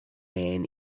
man